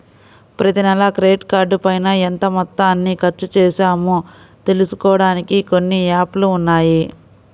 ప్రతినెలా క్రెడిట్ కార్డుపైన ఎంత మొత్తాన్ని ఖర్చుచేశామో తెలుసుకోడానికి కొన్ని యాప్ లు ఉన్నాయి